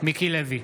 מיקי לוי,